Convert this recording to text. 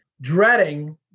dreading